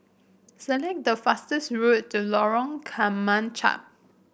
select the fastest road to Lorong Kemunchup